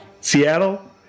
Seattle